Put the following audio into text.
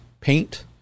paint